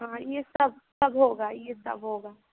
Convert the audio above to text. हाँ ये सब सब होगा ये सब होगा